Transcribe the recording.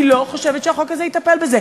אני לא חושבת שהחוק הזה יטפל בזה.